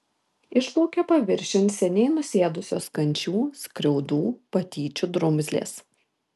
išplaukė paviršiun seniai nusėdusios kančių skriaudų patyčių drumzlės